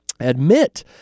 admit